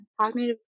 cognitive